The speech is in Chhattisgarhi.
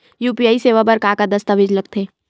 यू.पी.आई सेवा बर का का दस्तावेज लगथे?